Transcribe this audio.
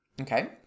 okay